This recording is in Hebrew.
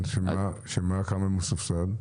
בכמה הוא מסובסד?